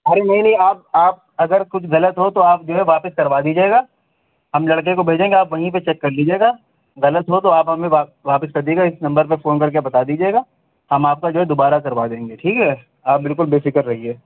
ارے نہیں نہیں آپ آپ اگر کچھ غلط ہو تو آپ جو ہے واپس کروا دیجیے گا ہم لڑکے کو بھیجیں گے آپ وہیں پہ چیک کر لیجیے گا غلط ہو تو آپ ہمیں واپس کر دیجیے گا اس نمبر پہ فون کر کے بتا دیجیے گا ہم آپ کا جو ہے دوبارہ کروا دیں گے ٹھیک ہے آپ بالکل بے فکر رہیے